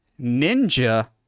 ninja